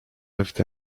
lived